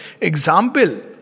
example